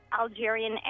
Algerian